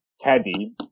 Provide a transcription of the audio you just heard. teddy